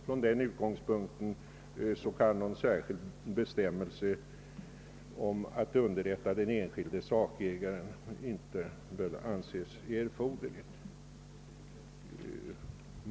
Från den utgångspunkten kan någon särskild bestämmelse om att underrätta den enskilde sakägaren väl inte anses erforderlig.